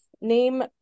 name